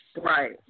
Right